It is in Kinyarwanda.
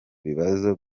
bibazo